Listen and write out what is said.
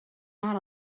not